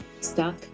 stuck